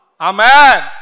Amen